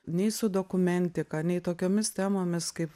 nei su dokumentika nei tokiomis temomis kaip